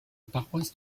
paroisse